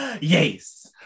Yes